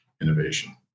innovation